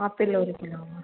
apple ஒரு கிலோவா